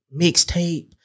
mixtape